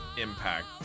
impact